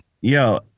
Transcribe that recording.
Yo